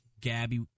Gabby